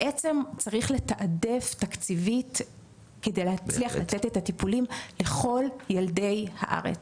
בעצם צריך לתעדף תקציבית כדי להצליח לתת את הטיפולים לכל ילדי הארץ.